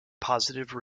positive